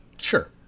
Sure